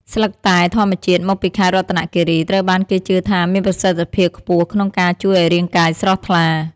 ស្លឹកតែធម្មជាតិមកពីខេត្តរតនគិរី ត្រូវបានគេជឿថាមានប្រសិទ្ធភាពខ្ពស់ក្នុងការជួយឱ្យរាងកាយស្រស់ថ្លា។